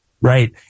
Right